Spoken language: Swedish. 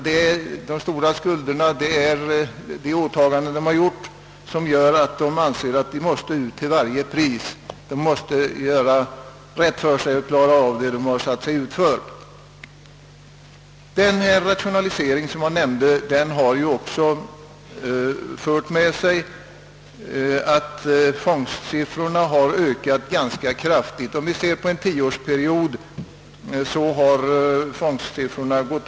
De stora skulderna man iklätt sig, de åtaganden fiskarna har gjort, gör att de anser att de måste ut till varje pris. De måste göra rätt för sig. Den rationalisering som jag tidigare nämnde har också fört med sig att fångstsiffrorna under en tioårsperiod ökat ganska kraftigt.